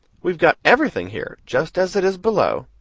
we've got everything here, just as it is below.